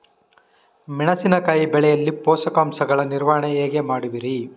ಮೆಣಸಿನಕಾಯಿ ಬೆಳೆಯಲ್ಲಿ ಪೋಷಕಾಂಶಗಳ ನಿರ್ವಹಣೆ ಹೇಗೆ ಮಾಡುವಿರಿ?